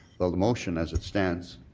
the the motion as it stands,